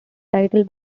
title